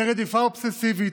לרדיפה אובססיבית.